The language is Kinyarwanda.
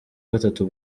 gatatu